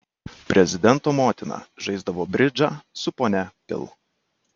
prezidento motina žaisdavo bridžą su ponia pil